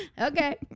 okay